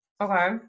Okay